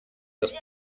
das